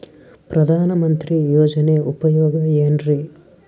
ಪ್ರಧಾನಮಂತ್ರಿ ಯೋಜನೆ ಉಪಯೋಗ ಏನ್ರೀ?